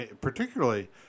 particularly